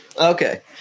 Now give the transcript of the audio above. Okay